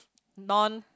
non